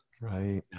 Right